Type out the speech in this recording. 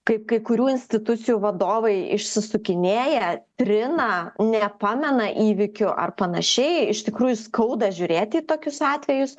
kaip kai kurių institucijų vadovai išsisukinėja trina nepamena įvykių ar panašiai iš tikrųjų skauda žiūrėti į tokius atvejus